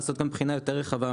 - -לעשות גם בחינה יותר רחבה,